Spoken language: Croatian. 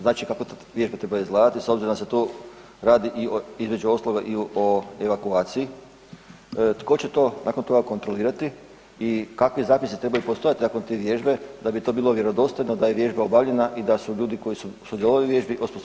Znači kako te vježbe trebaju izgledati s obzirom da se tu radi i o između ostaloga i o evakuaciji, tko će to nakon toga kontrolirati i kakvi zapisi trebaju postojati nakon te vježbe da bi to bilo vjerodostojno da je vježba obavljena i da su ljudi koji su sudjelovali u vježbi osposobljeni.